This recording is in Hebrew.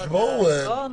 פה החרגה לא נוכל.